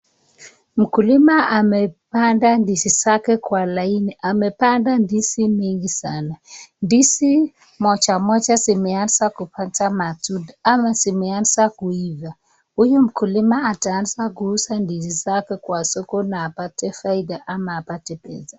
Mkulima amepanda ndizi zake kwa shamba kwa laini amepanda ndizi mingi sana , ndizi moja moja zimeanza kupata matunda ama kuifaa, huyu mkulima ataanza kuuza ndizi zake Kwa soko na apate faida ama apate pesa.